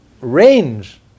range